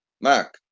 Mac